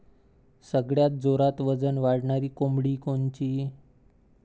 सगळ्यात जोरात वजन वाढणारी कोंबडी कोनची?